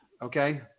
Okay